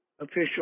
official